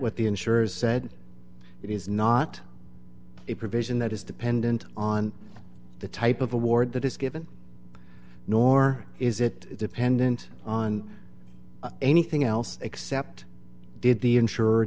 what the insurers said it is not a provision that is dependent on the type of award that is given nor is it dependent on anything else except did the insure